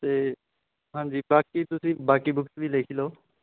ਅਤੇ ਹਾਂਜੀ ਬਾਕੀ ਤੁਸੀਂ ਬਾਕੀ ਬੁੱਕਸ ਵੀ ਲਿਖ ਹੀ ਲਓ